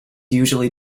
usually